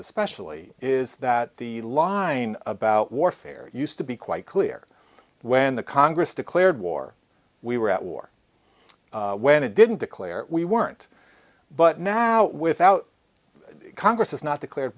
especially is that the lie about warfare used to be quite clear when the congress declared war we were at war when it didn't declare we weren't but now without congress has not declared